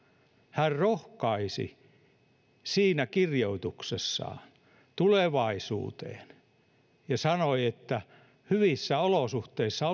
hän rohkaisi siinä kirjoituksessaan tulevaisuuteen ja sanoi että hyvissä olosuhteissa